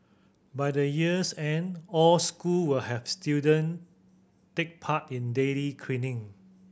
by the year's end all school will have student take part in daily cleaning